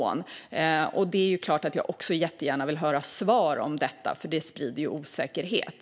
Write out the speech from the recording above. Det är klart att jag jättegärna också vill höra svar om detta, för det sprider osäkerhet.